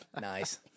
Nice